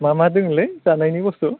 मा मा दोङोलै जानायनि बुस्थु